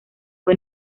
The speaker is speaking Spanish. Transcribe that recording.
fue